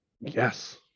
yes